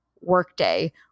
workday